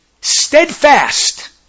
Steadfast